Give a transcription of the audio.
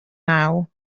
naw